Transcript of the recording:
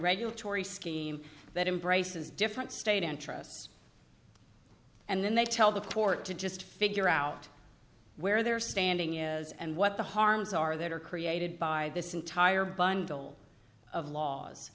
regulatory scheme that embraces different state interests and then they tell the court to just figure out where they're standing is and what the harms are that are created by this entire bundle of laws